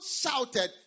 shouted